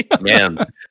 man